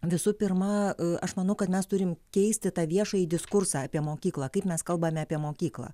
visų pirma aš manau kad mes turim keisti tą viešąjį diskursą apie mokyklą kaip mes kalbame apie mokyklą